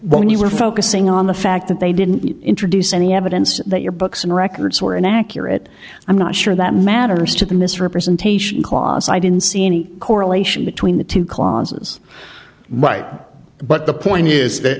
when you were focusing on the fact that they didn't introduce any evidence that your books and records were inaccurate i'm not sure that matters to the misrepresentation cos i didn't see any correlation between the two clauses right but the point is that